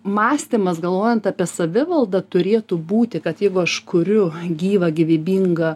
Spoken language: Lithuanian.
mąstymas galvojant apie savivaldą turėtų būti kad jeigu aš kuriu gyvą gyvybingą